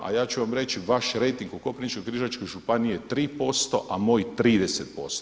A ja ću vam reći vaš rejting u Koprivničko-križevačkoj županiji je 3% a moj 30%